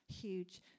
huge